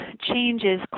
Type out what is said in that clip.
changes